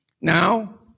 Now